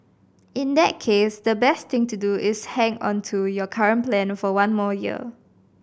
in that case the best thing to do is to hang on to your current plan for one more year